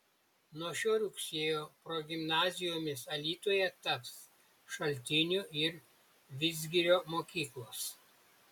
nuo šio rugsėjo progimnazijomis alytuje taps šaltinių ir vidzgirio mokyklos